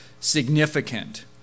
significant